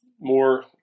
more